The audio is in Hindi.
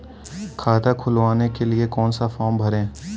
खाता खुलवाने के लिए कौन सा फॉर्म भरें?